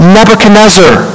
Nebuchadnezzar